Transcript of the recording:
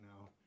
now